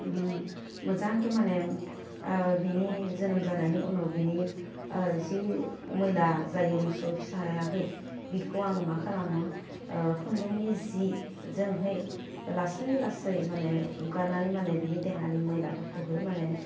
उम मोजांखे माने ओह बिनि जोनोम जानायनि उनाव बिनि ओह जि मैला जायो मसौ फिसायाहै बिखौ आङो मा खालामो ओह खुन्दुंनि जिजोंहै लासै लासै माने हुगारनानै माने बिनि देहानि मैलाफोरखौहै माने